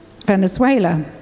Venezuela